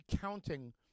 counting